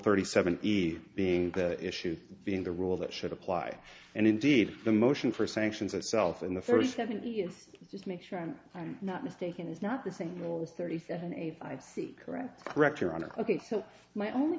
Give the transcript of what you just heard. thirty seven easy being the issue being the rule that should apply and indeed the motion for sanctions itself in the three seventy s just make sure i'm not mistaken is not the same rules thirty seven eighty five c correct correct your honor ok so my only